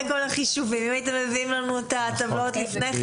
אם הייתם מעבירים אלינו את הטבלאות לפני כן,